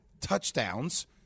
touchdowns